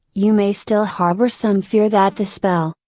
you may still harbor some fear that the spell,